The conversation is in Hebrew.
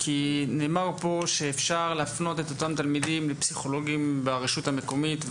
נאמר פה שאפשר להפנות את אותם תלמידים לפסיכולוגים ברשות המקומית.